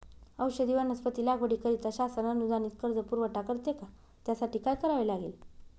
औषधी वनस्पती लागवडीकरिता शासन अनुदानित कर्ज पुरवठा करते का? त्यासाठी काय करावे लागेल?